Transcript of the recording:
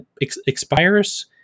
expires